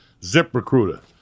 ZipRecruiter